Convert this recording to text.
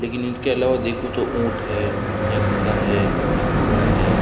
लेकिन इनके अलावा देखो तो ऊँट है या गधा है या घोड़ा है